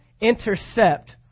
intercept